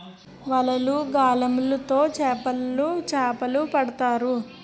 వలలు, గాలములు తో చేపలోలు చేపలు పడతారు